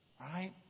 Right